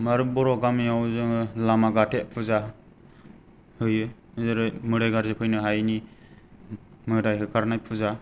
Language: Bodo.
आरो बर' गामियाव जोङो लामा गाथे पुजा होयो जेरै मोदाय गाज्रि फैनो हायैनि मोदाय होखारनाय पुजा